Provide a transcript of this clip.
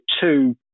two